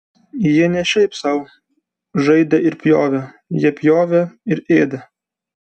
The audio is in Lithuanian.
jie ne šiaip sau žaidė ir pjovė jie pjovė ir ėdė